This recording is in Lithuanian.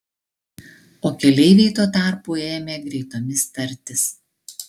o keleiviai tuo tarpu ėmė greitomis tartis